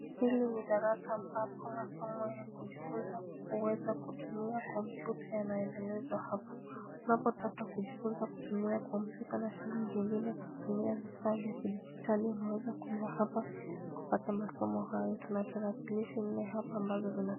Hili ni darasa ambapo masomo ya kujifunza kuweza kutumia kompyuta yanaendelezwa hapa. Unapotaka kujifunza kutumia kompyuta na shughuli zingine kutumia vifaa vya kijiditali unaweza kuja hapa kupata masomo hayo. Tuna tarakilishi nne hapa ambazo zina....